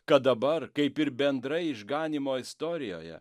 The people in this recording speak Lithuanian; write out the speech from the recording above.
kad dabar kaip ir bendrai išganymo istorijoje